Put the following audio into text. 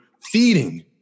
feeding